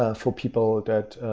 ah so people that